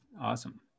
Awesome